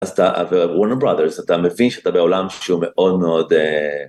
אז אתה עובד ב Warner Brothers אתה מבין שאתה בעולם שהוא מאוד מאוד